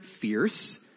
fierce